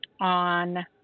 on